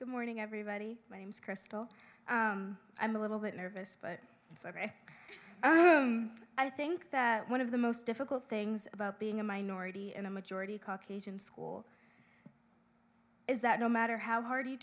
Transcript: good morning everybody my name is crystal i'm a little bit nervous but it's ok i think that one of the most difficult things about being a minority in a majority caucasian school is that no matter how hard you